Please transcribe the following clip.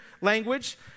language